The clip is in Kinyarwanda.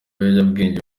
biyobyabwenge